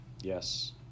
Yes